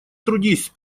трудись